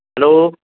hello